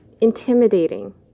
intimidating